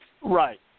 Right